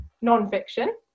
non-fiction